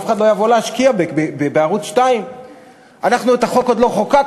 אף אחד לא יבוא להשקיע בערוץ 2. אנחנו את החוק עוד לא חוקקנו,